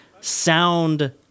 sound